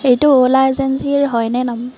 এইটো অ'লা এজেঞ্চীৰ হয়নে ন